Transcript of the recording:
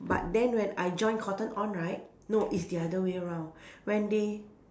but then when I join cotton on right no it's the other way round when they